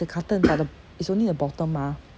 the carton but the it's only the bottom ah